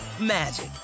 magic